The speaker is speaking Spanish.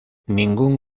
ningún